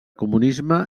comunisme